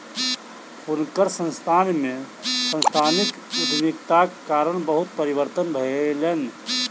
हुनकर संस्थान में सांस्थानिक उद्यमिताक कारणेँ बहुत परिवर्तन भेलैन